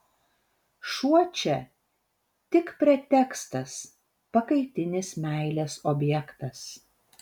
šuo čia tik pretekstas pakaitinis meilės objektas